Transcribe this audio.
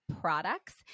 products